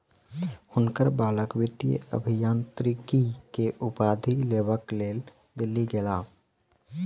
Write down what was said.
हुनकर बालक वित्तीय अभियांत्रिकी के उपाधि लेबक लेल दिल्ली गेला